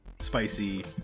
Spicy